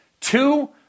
two